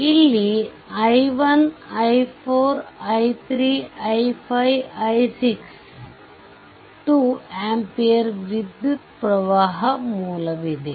ಇಲ್ಲಿ i1 i4 i3 i5i6 2 ampere ವಿದ್ಯುತ್ ಪ್ರವಾಹ ಮೂಲವಿದೆ